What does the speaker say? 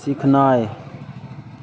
सिखनाइ